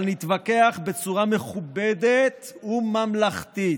אבל נתווכח בצורה מכובדת וממלכתית.